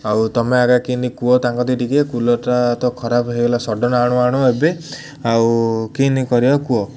ଆଉ ତମେ ଆଗେ କିନ୍ତି କୁହ ତାଙ୍କ ଦେଇ ଟିକେ କୁଲର୍ଟା ତ ଖରାପ ହେଇଗଲା ସଡ଼ନ୍ ଆଣୁ ଆଣୁ ଏବେ ଆଉ କିନି କରିବ କୁହ